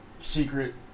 secret